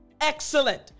excellent